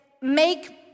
make